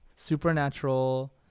supernatural